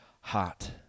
heart